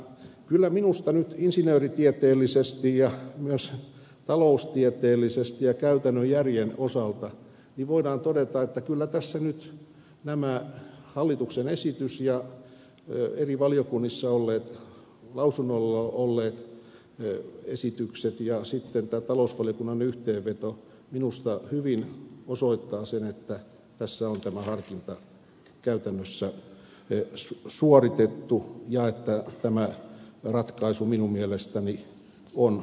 kyllä minusta nyt insinööritieteellisesti ja myös taloustieteellisesti ja käytännön järjen osalta voidaan todeta että kyllä tässä nyt hallituksen esitys ja eri valiokunnissa lausunnolla olleet esitykset ja sitten tämä talousvaliokunnan yhteenveto minusta hyvin osoittavat sen että tässä on harkinta käytännössä suoritettu ja että tämä ratkaisu minun mielestäni on oikea